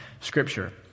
Scripture